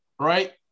right